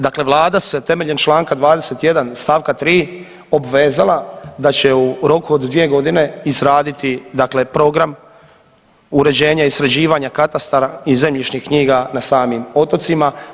Dakle, Vlada se temeljem članka 21. stavka 3. obvezala da će u roku od dvije godine izraditi, dakle program uređenja i sređivanja katastara i zemljišnih knjiga na samim otocima.